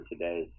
today